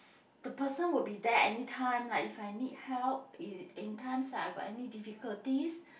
the person will be there anytime like if I need help in in times I got any difficulties